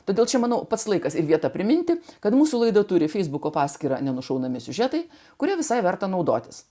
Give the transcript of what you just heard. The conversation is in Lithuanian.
todėl čia manau pats laikas ir vieta priminti kad mūsų laida turi feisbuko paskyrą nenušauname siužetai kurie visai verta naudotis